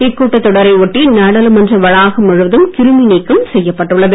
இக்கூட்டத்தொடரை ஒட்டி நாடாளுமன்ற வளாகம் முழுவதும் கிருமிநீக்கம் செய்யப்பட்டுள்ளது